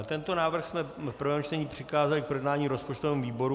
Tento návrh jsme v prvém čtení přikázali k projednání rozpočtovému výboru.